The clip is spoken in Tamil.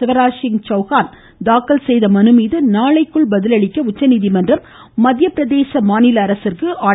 சிவராஜ்சிங் சவுகான் தாக்கல் செய்த மனுமீது நாளைக்குள் பதில் உஅளிக்க உச்சநீதிமன்றம் மத்திய பிரதேச மாநில அரசிற்கு உத்தரவிட்டுள்ளது